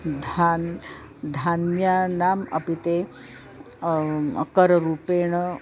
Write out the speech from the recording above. धन् धान्यानाम् अपि ते अकररूपेण